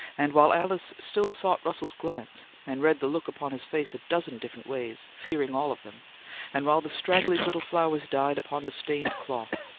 and while alice still sought russell's glance, and read the look upon his face a dozen different ways, fearing all of them and while the straggling little flowers died upon the stained cloth,